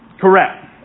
correct